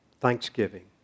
thanksgiving